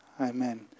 Amen